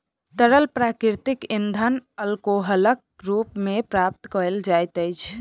तरल प्राकृतिक इंधन अल्कोहलक रूप मे प्राप्त कयल जाइत अछि